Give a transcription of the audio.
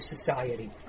society